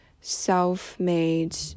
self-made